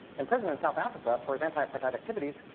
in prison in south africa for his anti-apartheid activities,